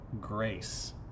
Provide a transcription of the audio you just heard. grace